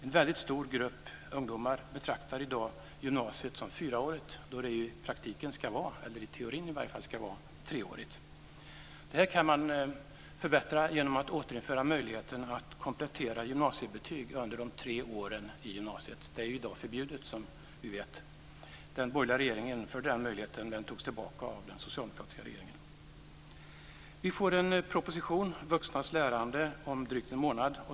En väldigt stor grupp ungdomar betraktar i dag gymnasiet som fyraårigt när det i teorin ska vara treårigt. Detta kan man åtgärda genom att återinföra möjligheten att komplettera gymnasiebetyg under de tre åren i gymnasiet. Det är förbjudet i dag, som vi vet. Den borgerliga regeringen införde den möjligheten, men den togs tillbaka av den socialdemokratiska regeringen. Vi får en proposition, Vuxnas lärande, om drygt en månad.